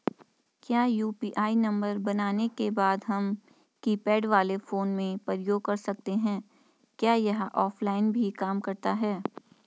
क्या UPI number बनाने के बाद हम कीपैड वाले फोन में प्रयोग कर सकते हैं क्या यह ऑफ़लाइन भी काम करता है?